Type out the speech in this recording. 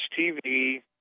TV